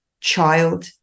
child